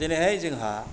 दिनैहाय जोंहा